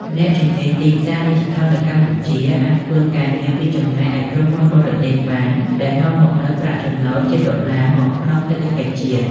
អ្នកជំនាញទីផ្សារឌីជីថលនៅកម្ពុជាអាចធ្វើការងារពីចម្ងាយឱ្យក្រុមហ៊ុនបរទេសបាន ដែលនាំមកនូវប្រាក់ចំណូលជាដុល្លារមកក្នុងសេដ្ឋកិច្ចជាតិ។